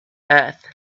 earth